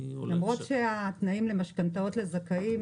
למרות שהתנאים למשכנתאות לזכאים